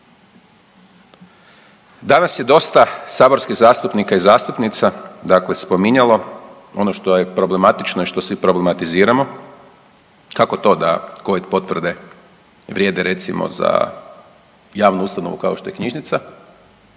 Danas je dosta saborskih zastupnika i zastupnica dakle spominjalo ono što je problematično i što svi problematiziramo kako to da covid potvrde vrijede recimo za javnu ustanovu kao što je knjižnica,